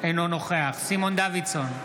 אינו נוכח סימון דוידסון,